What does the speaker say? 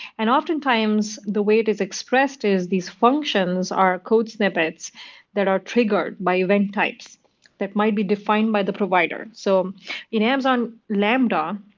and often times, the way it is expressed is these functions are code snippets that are triggered by event types that might be defined by the provider. so in amazon lambda,